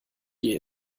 die